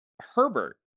Herbert